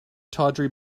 tawdry